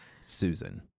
Susan